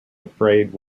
afraid